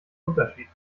unterschied